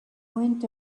went